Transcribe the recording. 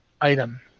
item